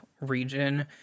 region